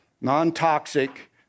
non-toxic